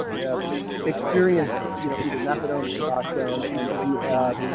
have experienced, you know, either methadone or suboxone, and who have,